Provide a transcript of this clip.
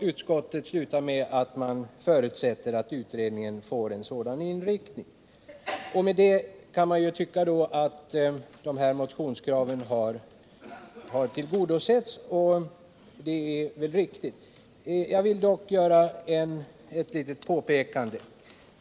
Utskottet slutar med att förutsätta att utredningen får en sådan inriktning. Man kan tycka att motionskraven har tillgodosetts med detta. Det är väl riktigt. Jag vill dock göra ett litet påpekande.